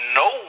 no